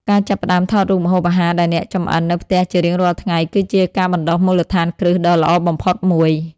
ការចាប់ផ្តើមថតរូបម្ហូបអាហារដែលអ្នកចម្អិននៅផ្ទះជារៀងរាល់ថ្ងៃ គឺជាការបណ្តុះមូលដ្ឋានគ្រឹះដ៏ល្អបំផុតមួយ។